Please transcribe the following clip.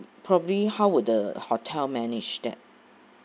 probably how would the hotel manage that